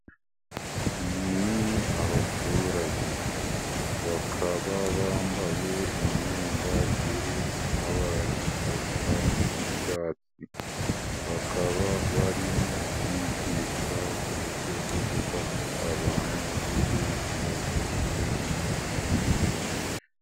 Ni abaturage, bakaba bambaye imyenda iri mu mabara asa y'icyatsi, bakaba barimo kwigishwa ku buryo bwo gufata abantu bafite ikibazo cy'ubuzima bwo mu mutwe.